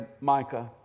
Micah